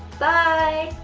bye!